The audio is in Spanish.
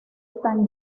están